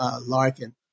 Larkin